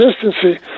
consistency